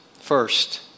First